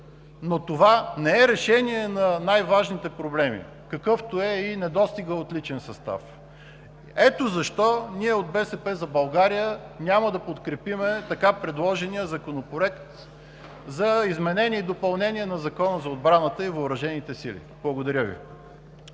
но това не е решение на най важния проблем, какъвто е недостигът от личен състав. Ето защо ние от „БСП за България“ няма да подкрепим така предложения законопроект за изменение и допълнение на Закона за отбраната и въоръжените сили. Благодаря Ви.